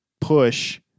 push